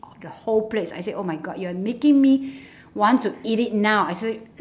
the whole plates I said oh my god you're making me want to eat it now I said